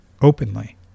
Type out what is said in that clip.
openly